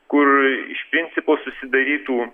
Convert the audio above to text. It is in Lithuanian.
kur iš principo susidarytų